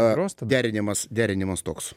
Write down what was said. derinimas derinimas toks